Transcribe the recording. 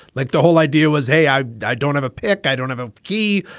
like the whole idea was, hey, i i don't have a pic, i don't have a key,